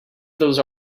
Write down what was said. those